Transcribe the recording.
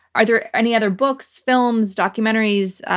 are there any other books films, documentaries,